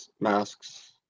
masks